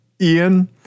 Ian